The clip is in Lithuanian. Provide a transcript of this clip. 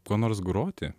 kuo nors groti